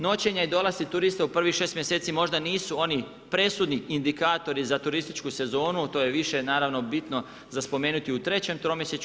Noćenje i dolasci turista u prvih šest mjeseci možda nisu oni presudni indikatori za turističku sezonu, to je više naravno bitno za spomenuti u trećem tromjesečju.